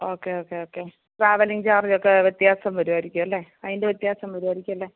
okay okay okay travelling ചാർജക്കേ വ്യത്യാസം വരുമായിരിക്കുവല്ലേ അതിന്റെ വ്യത്യാസം വരുമായിരിക്കുവല്ലേ